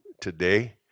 today